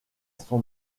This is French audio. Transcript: son